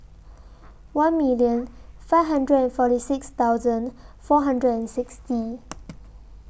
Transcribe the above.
one million five hundred and forty six thousand four hundred and sixty